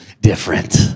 different